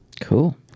Cool